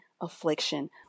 affliction